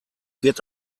wird